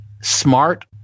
smart